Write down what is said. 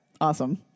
Awesome